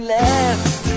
left